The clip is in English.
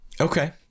Okay